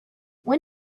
when